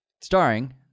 starring